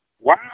Wow